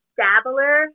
dabbler